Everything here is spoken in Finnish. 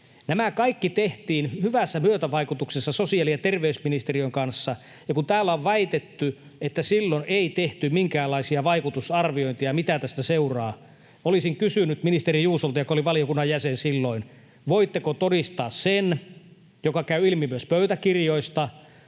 Nämä kaikki tehtiin hyvässä myötävaikutuksessa sosiaali- ja terveysministeriön kanssa, ja kun täällä on väitetty, että silloin ei tehty minkäänlaisia vaikutusarviointeja, mitä tästä seuraa, niin olisin kysynyt ministeri Juusolta, joka oli valiokunnan jäsen silloin, että voitteko todistaa sen, mikä käy ilmi myös pöytäkirjoista,